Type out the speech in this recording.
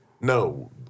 no